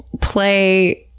play